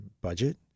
Budget